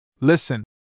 Listen